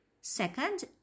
Second